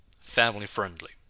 family-friendly